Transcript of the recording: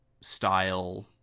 style